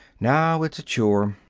now it's a chore.